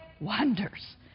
wonders